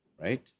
Right